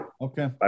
Okay